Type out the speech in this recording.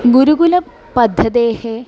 गुरुकुलपद्धतेः